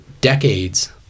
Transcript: decades